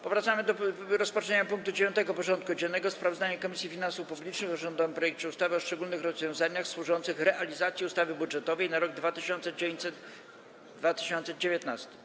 Powracamy do rozpatrzenia punktu 9. porządku dziennego: Sprawozdanie Komisji Finansów Publicznych o rządowym projekcie ustawy o szczególnych rozwiązaniach służących realizacji ustawy budżetowej na rok 2019.